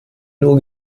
nur